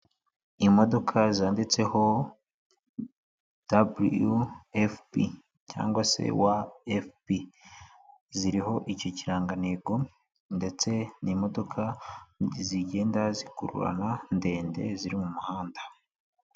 Imodoka zanditseho WFP cyangwa se WFP ziriho icyo kirangantego ndetse n'imodoka zigenda zikururana ndende ziri mu muhanda.